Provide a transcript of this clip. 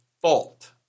fault